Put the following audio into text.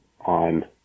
on